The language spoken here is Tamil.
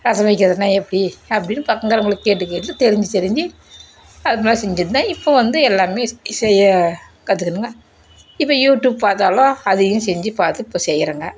ரசம் வைக்கிறதுனா எப்படி அப்படின்னு பக்கம் இருக்கறவங்கள கேட்டு கேட்டு தெரிஞ்சு தெரிஞ்சி அது மாதிரி செஞ்சுட்ருந்தேன் இப்போ வந்து எல்லாமே ஸ் செய்ய கற்றுக்கின்னேன் இப்போ யூட்யூப் பார்த்தாலும் அதையும் செஞ்சு பார்த்து இப்போ செய்கிறேங்க